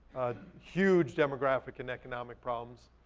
huge demographic and economic problems,